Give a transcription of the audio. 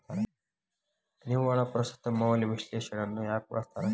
ನಿವ್ವಳ ಪ್ರಸ್ತುತ ಮೌಲ್ಯ ವಿಶ್ಲೇಷಣೆಯನ್ನ ಯಾಕ ಬಳಸ್ತಾರ